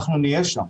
אנחנו נהיה שם.